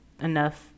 enough